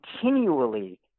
continually